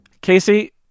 casey